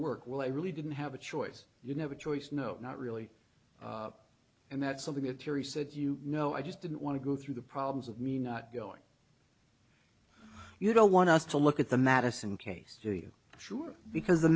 work well i really didn't have a choice you never choice no not really and that's something that terry said you know i just didn't want to go through the problems of me not going you don't want us to look at the madison case you should because